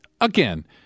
Again